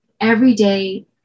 everyday